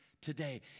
today